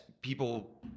people